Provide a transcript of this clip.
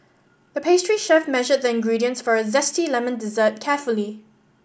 the pastry chef measured the ingredients for a zesty lemon dessert carefully